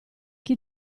chi